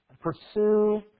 Pursue